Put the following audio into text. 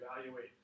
evaluate